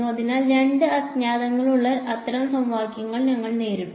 അതിനാൽ രണ്ട് അജ്ഞാതങ്ങളുള്ള അത്തരം സമവാക്യങ്ങൾ ഞങ്ങൾ നേരിട്ടു